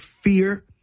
fear